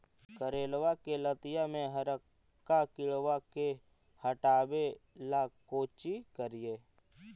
करेलबा के लतिया में हरका किड़बा के हटाबेला कोची करिए?